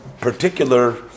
particular